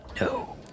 no